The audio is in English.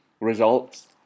results